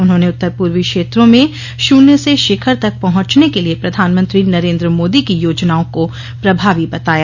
उन्होंने उत्तर पूर्वी क्षेत्रों में शून्य से शिखर तक पहुंचने के लिए प्रधानमंत्री नरेन्द्र मोदी की योजनाओं को प्रभावी बताया